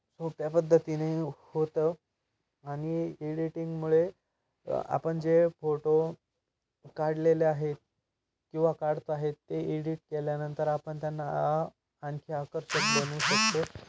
खूप त्या पद्धतीने होतं आणि एडिटिंगमुळे आपण जे फोटो काढलेले आहेत किंवा काढत आहे ते एडिट केल्यानंतर आपण त्यांना आणखी आकर्षक बनवू शकतो